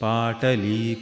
Patali